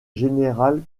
général